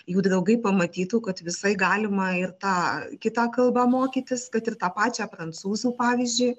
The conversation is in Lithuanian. jų draugai pamatytų kad visai galima ir tą kitą kalbą mokytis kad ir tą pačią prancūzų pavyzdžiui